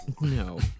No